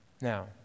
Now